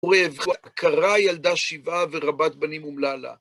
ורעבים חדלו עד עקרה ילדה שבעה ורבת בנים אומללה.